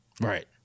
right